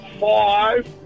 five